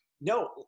No